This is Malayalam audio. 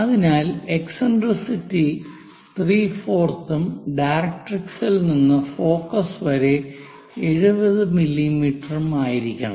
അതിനാൽ എക്സിൻട്രിസിറ്റി ത്രീ ഫോർത്തും ഡയറക്ട്രിക്സിൽ നിന്ന് ഫോക്കസ് വരെ 70 മില്ലീമീറ്ററായിരിക്കണം